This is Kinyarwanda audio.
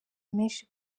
menshi